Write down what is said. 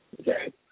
Okay